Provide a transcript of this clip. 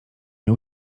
nie